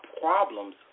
problems